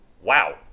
Wow